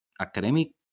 academic